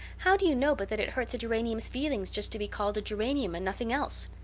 how do you know but that it hurts a geranium's feelings just to be called a geranium and nothing else?